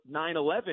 9-11